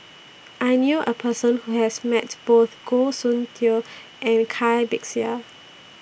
I knew A Person Who has Met Both Goh Soon Tioe and Kai Bixia